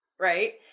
Right